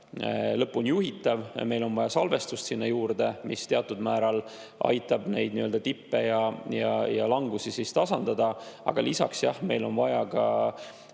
lõpuni juhitav. Meil on vaja salvestust sinna juurde, mis teatud määral aitab tippe ja langusi tasandada. Aga lisaks, jah, meil on vaja ka